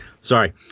Sorry